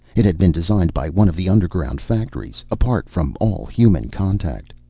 it had been designed by one of the underground factories, apart from all human contact.